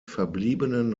verbliebenen